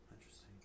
Interesting